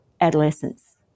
adolescents